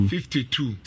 Fifty-two